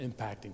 impacting